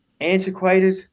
antiquated